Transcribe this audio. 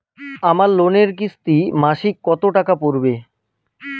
আমার লোনের কিস্তি মাসিক কত টাকা পড়বে?